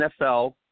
NFL